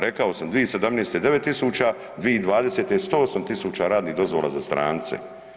Rekao sam 2017. 9.000, 2020. 108.000 radnih dozvola za strance.